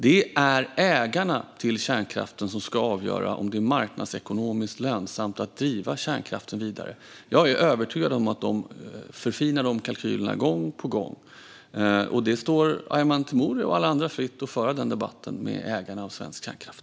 Det är ägarna till kärnkraften som ska avgöra om det är marknadsekonomiskt lönsamt att driva kärnkraften vidare. Jag är övertygad om att de förfinar de kalkylerna gång på gång. Det står Arman Teimouri och alla andra fritt att föra den debatten med ägarna av svensk kärnkraft.